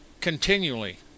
continually